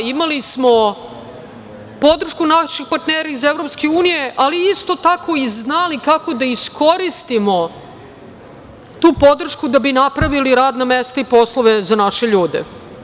Imali smo podršku naših partnera iz EU, ali isto tako i znali kako da iskoristimo tu podršku da bi napravili radna mesta i poslove za naše ljude.